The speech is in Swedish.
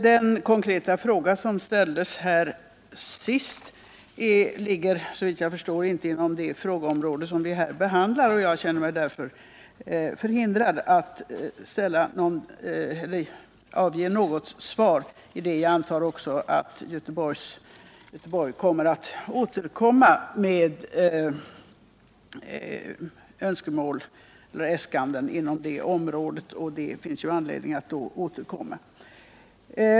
Den konkreta fråga som ställdes sist ligger såvitt jag förstår inte inom det frågeområde som vi här behandlar, och jag känner mig därför förhindrad att avge något svar. Jag antar också att Göteborg kommer att inge ytterligare äskanden inom detta område, och då finns det anledning att återkomma.